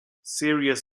serious